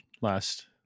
last